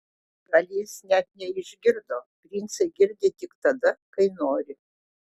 gal jis net neišgirdo princai girdi tik tada kai nori